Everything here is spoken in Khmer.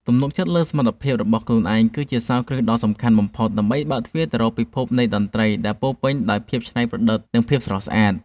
ទំនុកចិត្តលើសមត្ថភាពរបស់ខ្លួនឯងគឺជាសោរគ្រឹះដ៏សំខាន់បំផុតដើម្បីបើកទ្វារទៅរកពិភពនៃតន្ត្រីដែលពោរពេញដោយភាពច្នៃប្រឌិត និងភាពស្រស់ស្អាត។